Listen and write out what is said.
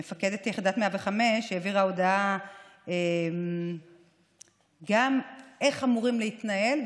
מפקדת יחידת 105 העבירה הודעה גם איך אמורים להתנהל.